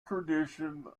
tradition